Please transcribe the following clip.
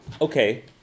Okay